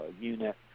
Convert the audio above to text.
unit